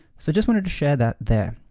so just wanted to share that there.